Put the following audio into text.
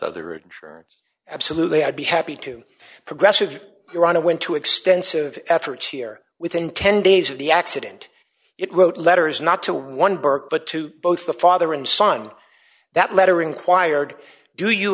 other it sure absolutely i'd be happy to progressive here on a whim to extensive efforts here within ten days of the accident it wrote letters not to one burke but to both the father and son that lettering quired do you